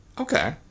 Okay